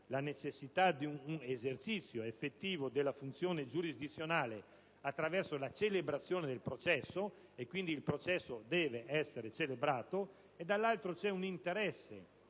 la necessità di un esercizio effettivo della funzione giurisdizionale attraverso la celebrazione del processo (e quindi il processo deve essere celebrato); dall'altro, c'è un interesse